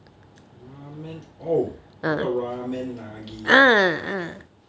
ramen oh 那个 ramen nagi